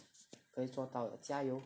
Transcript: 可以做到的加油